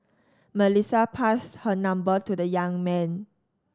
Melissa passed her number to the young man